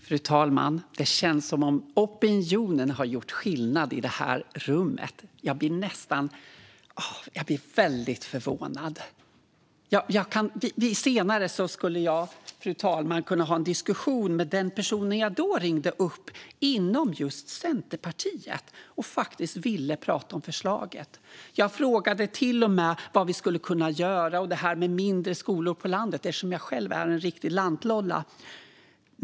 Fru talman! Det känns som om opinionen har gjort skillnad i det här rummet. Jag blir väldigt förvånad. Senare, fru talman, skulle jag kunna ha en diskussion med den person jag då ringde upp inom just Centerpartiet för att jag ville prata om förslaget. Jag frågade till och med vad vi skulle kunna göra och om detta med mindre skolor på landet, eftersom jag själv är en riktig lantlolla.